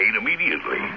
immediately